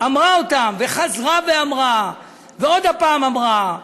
אמרה אותם, וחזרה ואמרה, ועוד הפעם אמרה,